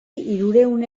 hirurehun